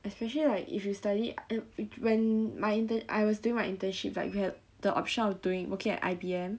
especially like if you study and when my intern I was doing my internship like very the option of doing working at I_B_M